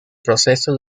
proceso